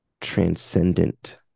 transcendent